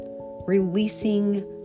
releasing